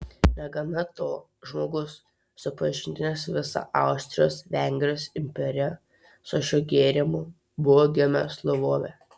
negana to žmogus supažindinęs visą austrijos vengrijos imperiją su šiuo gėrimu buvo gimęs lvove